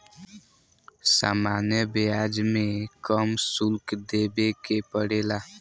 सामान्य ब्याज में कम शुल्क देबे के पड़ेला